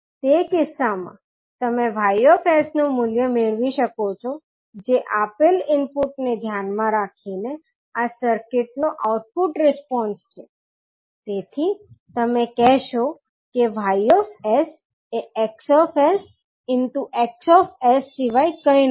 તે કિસ્સામાં તમે 𝑌𝑠 નું મૂલ્ય મેળવી શકો છો જે આપેલ ઇનપુટને ધ્યાનમાં રાખીને આ સર્કિટ નો આઉટપુટ રિસ્પોન્સ છે તેથી તમે કહેશો કે 𝑌𝑠 એ 𝐻𝑠𝑋𝑠 સિવાય કંઈ નથી